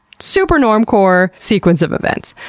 super norm-core sequence of events.